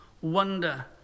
wonder